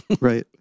right